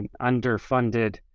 underfunded